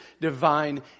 divine